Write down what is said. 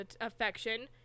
affection